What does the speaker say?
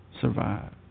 Survive